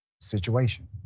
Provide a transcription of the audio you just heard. situation